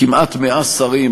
כמעט 100 שרים.